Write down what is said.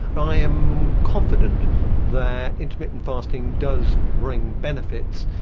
i am confident that intermittent fasting does bring benefits.